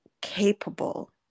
capable